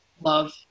love